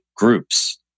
groups